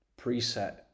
preset